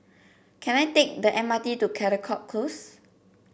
can I take the M R T to Caldecott Close